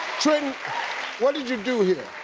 trenton what did you do here?